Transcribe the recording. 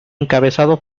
encabezado